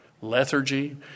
lethargy